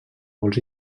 vols